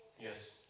Yes